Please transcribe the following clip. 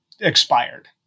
expired